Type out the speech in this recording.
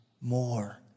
more